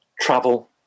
Travel